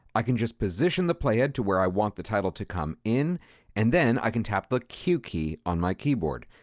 i can just position the the play head to where i want the title to come in and then i can tap the q key on my keyboard.